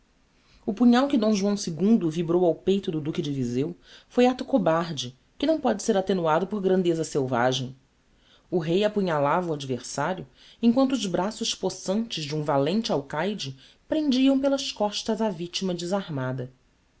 o punhal que d joão ii vibrou ao peito do duque de vizeu foi acto cobarde que não póde ser attenuado por grandeza selvagem o rei apunhalava o adversario em quanto os braços possantes de um valente alcaide prendiam pelas costas a victima desarmada